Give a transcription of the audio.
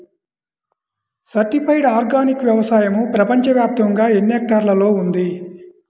Certified organic వ్యవసాయం ప్రపంచ వ్యాప్తముగా ఎన్నిహెక్టర్లలో ఉంది?